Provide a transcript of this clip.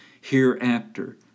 hereafter